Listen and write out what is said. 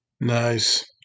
Nice